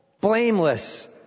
blameless